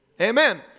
Amen